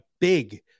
big